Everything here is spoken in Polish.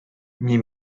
nie